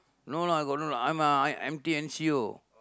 no lah I got no lah I am a I am N_T N_C_O